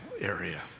area